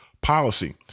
policy